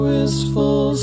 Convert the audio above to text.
Wistful